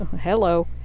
Hello